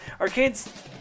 arcades